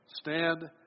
Stand